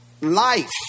life